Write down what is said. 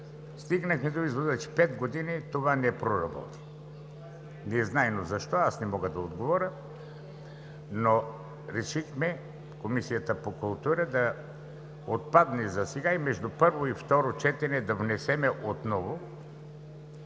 стигнахме до извода, че пет години това не проработи, незнайно защо – аз не мога да отговоря, но решихме в Комисията по култура да отпадне засега и между първо и второ четене отново